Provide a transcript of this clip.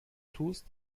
tust